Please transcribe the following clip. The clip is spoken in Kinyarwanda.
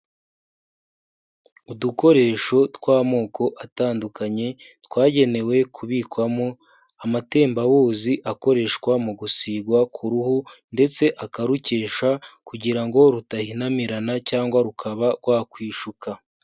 Udukoresho tw'amoko atandukanye, twagenewe kubikwamo amatembabuzi akoreshwa mu gusigwa ku ruhu ndetse akarukesha, kugira ngo rutahinamirana cyangwa rukaba rwakwishuka.